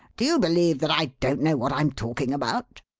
do you believe that i don't know what i'm talking about?